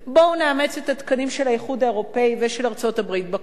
בואו נאמץ את התקנים של האיחוד האירופי ושל ארצות-הברית בכול.